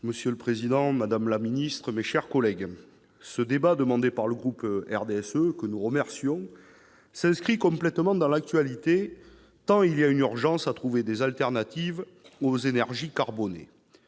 Monsieur le président, madame la secrétaire d'État, mes chers collègues, ce débat, demandé par le groupe du RDSE, que nous remercions, s'inscrit complètement dans l'actualité, tant il y a une urgence à trouver des alternatives aux énergies carbonées.